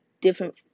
different